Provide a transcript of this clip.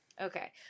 okay